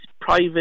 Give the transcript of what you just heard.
private